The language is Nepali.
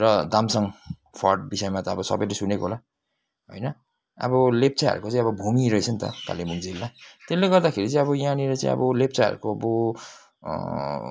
र दामसाङ फर्ट विषयमा त अब सबैले सुनेको होला होइन अब लेप्चाहरूको चाहिँ भूमि रहेछ नि त कालेबुङ जिल्ला त्यसले गर्दाखेरि चाहिँ अब यहाँनिर चाहिँ अब लेप्चाहरूको अब